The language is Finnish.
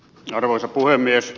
arvoisa puhemies